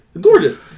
Gorgeous